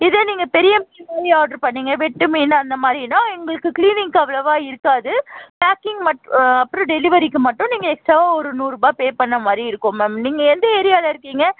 இதே நீங்கள் பெரிய மீன் மாதிரி ஆர்ட்ரு பண்ணிங்க வெட்டு மீன் அந்தமாதிரினா எங்களுக்கு கிளீனிங்குக்கு அவ்வளவாக இருக்காது பேக்கிங் அப்புறம் டெலிவரிக்கு மட்டும் நீங்கள் எக்ஸ்ட்ராவாக ஒரு நூறுரூபாய் பே பண்ற மாதிரி இருக்கும் மேம் நீங்கள் எந்த ஏரியாவில இருக்கீங்க